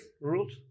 rules